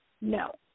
No